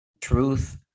truth